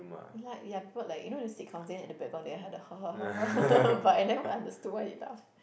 like ya people like you know the sitcoms at the background they had the ha ha ha ha but I never understood why they laugh